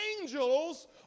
angels